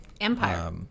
Empire